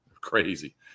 Crazy